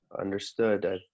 understood